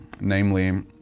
namely